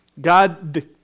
God